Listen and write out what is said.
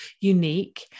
unique